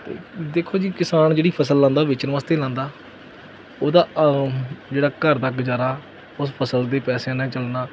ਤੇ ਦੇਖੋ ਜੀ ਕਿਸਾਨ ਜਿਹੜੀ ਫਸਲ ਲਾਉਂਦਾ ਵੇਚਣ ਵਾਸਤੇ ਲਾਉਂਦਾ ਉਹਦਾ ਜਿਹੜਾ ਘਰ ਦਾ ਗੁਜ਼ਾਰਾ ਉਸ ਫਸਲ ਦੇ ਪੈਸਿਆਂ ਨਾਲ ਚੱਲਣਾ